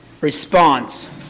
response